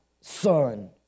Son